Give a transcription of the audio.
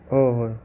हो होय